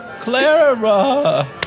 Clara